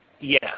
Yes